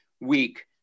week